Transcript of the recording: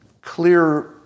clear